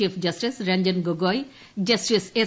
chief justice Ranjan Gogoi justice S